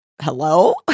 hello